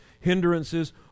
hindrances